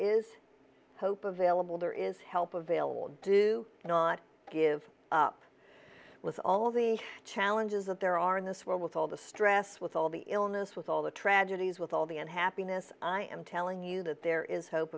is hope available there is help available do not give up was all the challenges of there are in this world with all the stress with all the illness with all the tragedies with all the end happiness i am telling you that there is hope